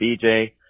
BJ